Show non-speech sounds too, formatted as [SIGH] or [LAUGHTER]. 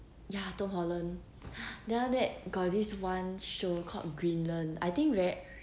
ya tom holland [BREATH] then after that got this one show called greenland I think very